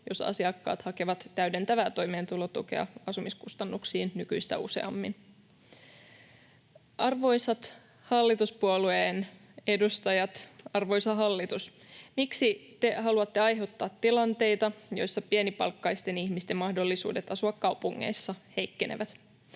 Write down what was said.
jos asiakkaat hakevat täydentävää toimeentulotukea asumiskustannuksiin nykyistä useammin. Arvoisat hallituspuolueen edustajat, arvoisa hallitus! Miksi te haluatte aiheuttaa tilanteita, joissa pienipalkkaisten ihmisten mahdollisuudet asua kaupungeissa heikkenevät?